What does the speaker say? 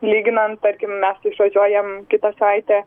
lyginant tarkim mes išvažiuojam kitą savaitę